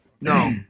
No